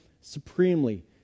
supremely